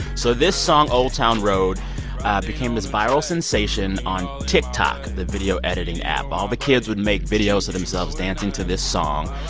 so this song old town road became this viral sensation on tiktok, the video-editing app. all the kids would make videos of themselves dancing to this song.